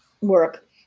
work